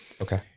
okay